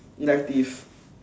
elective